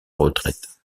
retraite